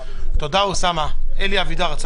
אלי אבידר.